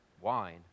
wine